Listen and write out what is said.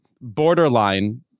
borderline